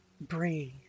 Breathe